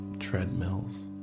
treadmills